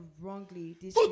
wrongly